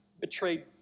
betrayed